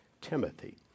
Timothy